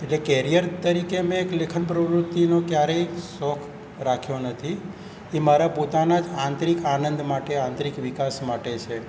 એટલે કેરિયર તરીકે મેં એક લેખન પ્રવૃત્તિનો ક્યારેય શોખ રાખ્યો નથી એ મારા પોતાના જ આંતરિક આનંદ માટે આંતરિક વિકાસ માટે છે